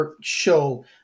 show